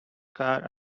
car